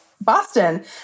Boston